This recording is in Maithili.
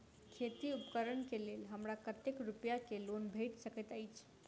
खेती उपकरण केँ लेल हमरा कतेक रूपया केँ लोन भेटि सकैत अछि?